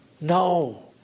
no